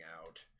out